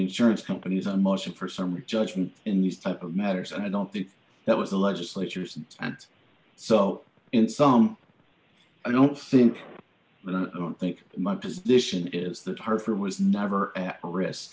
insurance companies and motion for summary judgment in these type of matters and i don't think that was the legislatures and so in some i don't think but i don't think my position is that hard for was never at risk